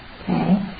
Okay